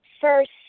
first